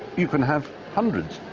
you can have hundreds,